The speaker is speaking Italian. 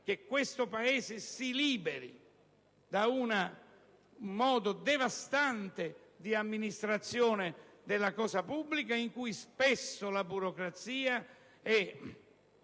che il Paese si liberi da un modo devastante di amministrare la cosa pubblica, in cui spesso la burocrazia è